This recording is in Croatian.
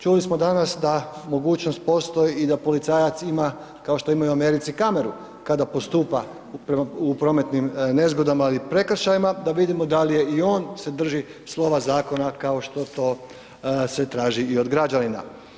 Čuli smo danas da mogućnost postoji i da policajac ima kao što imaju u Americi kameru, kada postupa u prometnim nezgodama ili prekršajima da vidimo da li i on se drži slova zakona kao što to se traži i od građanina.